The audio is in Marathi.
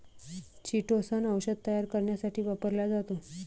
चिटोसन औषध तयार करण्यासाठी वापरला जातो